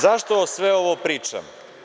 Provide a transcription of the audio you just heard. Zašto sve ovo pričam?